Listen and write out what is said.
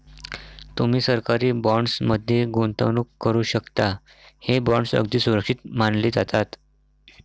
तुम्ही सरकारी बॉण्ड्स मध्ये गुंतवणूक करू शकता, हे बॉण्ड्स अगदी सुरक्षित मानले जातात